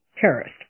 terrorist